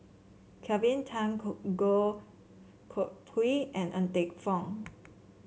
Kelvin Tan Goh Koh Pui and Ng Teng Fong